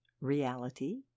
reality